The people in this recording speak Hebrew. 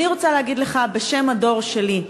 אני רוצה להגיד לך בשם הדור שלי,